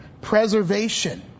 preservation